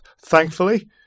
thankfully